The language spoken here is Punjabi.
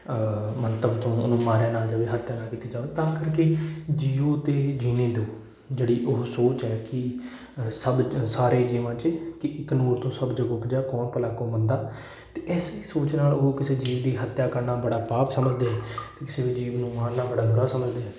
ਮੰਤਵ ਤੋਂ ਉਹਨੂੰ ਮਾਰਿਆ ਨਾ ਜਾਵੇ ਹੱਤਿਆ ਨਾ ਕੀਤੀ ਜਾਵੇ ਤਾਂ ਕਰਕੇ ਜੀਓ ਅਤੇ ਜੀਨੇ ਦੋ ਜਿਹੜੀ ਉਹ ਸੋਚ ਹੈ ਕਿ ਅ ਸਭ ਸਾਰੇ ਜੀਵਾਂ 'ਚ ਕਿ ਏਕ ਨੂਰ ਤੇ ਸਭੁ ਜਗੁ ਉਪਜਿਆ ਕਉਨ ਭਲੇ ਕੋ ਮੰਦੇ ਅਤੇ ਇਸ ਸੋਚ ਨਾਲ ਉਹ ਕਿਸੇ ਜੀਵ ਦੀ ਹੱਤਿਆ ਕਰਨਾ ਬੜਾ ਪਾਪ ਸਮਝਦੇ ਹੈ ਅਤੇ ਕਿਸੇ ਜੀਵ ਨੂੰ ਮਾਰਨਾ ਬੜਾ ਗਲਤ ਸਮਝਦੇ ਹੈ